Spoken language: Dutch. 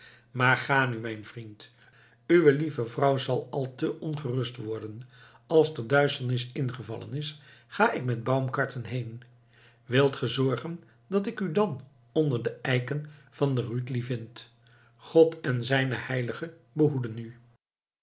maar ga nu mijn vriend uwe lieve vrouw zal al te ongerust worden als de duisternis ingevallen is ga ik met baumgarten heen wilt ge zorgen dat ik u dan onder de eiken van de rütli vind god en zijne heiligen behoeden u